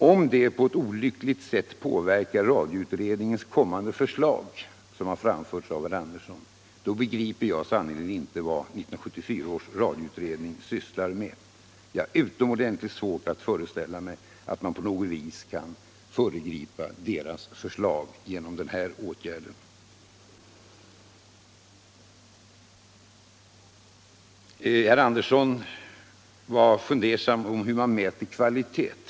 Om det på ett olyckligt sätt påverkar radioutredningens kommande förslag, som herr Andersson i Lycksele påstår, begriper jag sannerligen inte vad 1974 års radioutredning sysslar med! Jag har utomordentligt svårt att föreställa mig att man på något vis kan föregripa utredningens förslag genom denna åtgärd i marginalen. Herr Andersson var fundersam över hur man mäter kvalitet.